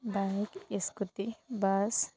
bike scooty bus